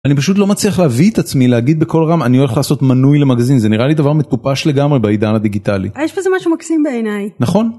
אני פשוט לא מצליח להביא את עצמי להגיד בכל רם אני הולך לעשות מנוי למגזין זה נראה לי דבר מטופש לגמרי בעידן הדיגיטלי. יש בזה משהו מקסים בעיניי. נכון.